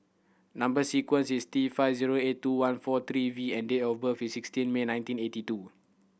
number sequence is T five zero eight two one four three V and date of birth is sixteen May nineteen eighty two